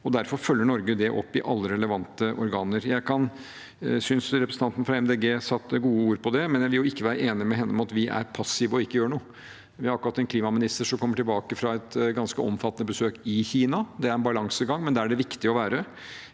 Derfor følger Norge det opp i alle relevante organer. Jeg synes representanten fra Miljøpartiet De Grønne satte gode ord på det, men jeg vil jo ikke være enig med henne i at vi er passive og ikke gjør noe. Vi har en klimaminister som akkurat har kommet tilbake fra et ganske omfattende besøk i Kina. Det er en balansegang, men der er det viktig å være.